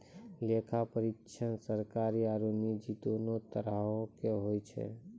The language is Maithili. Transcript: लेखा परीक्षक सरकारी आरु निजी दोनो तरहो के होय छै